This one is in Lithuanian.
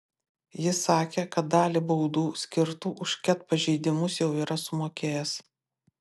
jis sakė kad dalį baudų skirtų už ket pažeidimus jau yra sumokėjęs